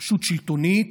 רשות שלטונית,